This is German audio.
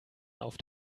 auf